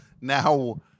Now